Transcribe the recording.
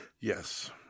Yes